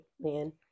man